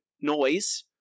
noise